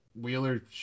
Wheeler